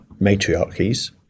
matriarchies